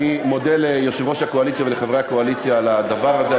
אני מודה ליושב-ראש הקואליציה ולחברי הקואליציה על הדבר הזה.